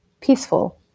peaceful